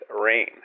rain